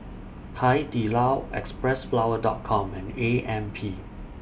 Hai Di Lao Xpressflower Dot Com and A M P